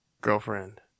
girlfriend